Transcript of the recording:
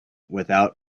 without